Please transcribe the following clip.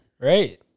Right